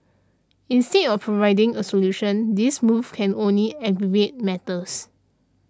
instead of providing a solution this move can only aggravate matters